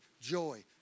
joy